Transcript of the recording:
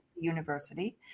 university